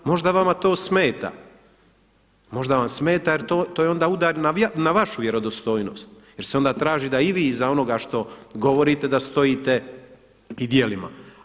Možda vama to smeta, možda vam smeta jer to je onda udar na vašu vjerodostojnost jer se onda traži da i vi iza onoga što govorite da stojite i djelima.